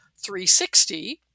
360